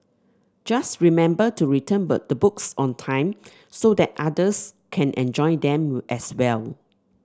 just remember to return the books on time so that others can enjoy them as well